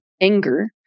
anger